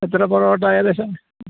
എത്ര പൊറോട്ട ഏകദേശം